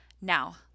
Now